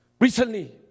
Recently